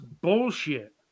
bullshit